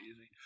easy